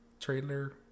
trailer